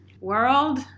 World